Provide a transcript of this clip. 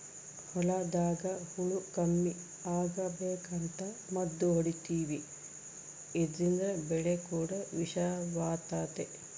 ಹೊಲದಾಗ ಹುಳ ಕಮ್ಮಿ ಅಗಬೇಕಂತ ಮದ್ದು ಹೊಡಿತಿವಿ ಇದ್ರಿಂದ ಬೆಳೆ ಕೂಡ ವಿಷವಾತತೆ